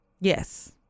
Yes